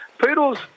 Poodle's